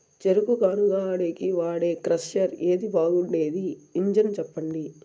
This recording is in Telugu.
చెరుకు గానుగ ఆడేకి వాడే క్రషర్ ఏది బాగుండేది ఇంజను చెప్పండి?